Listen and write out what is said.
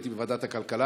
אני הייתי בוועדת הכלכלה,